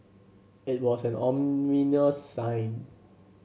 it was an ominous sign